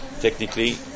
technically